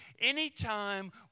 Anytime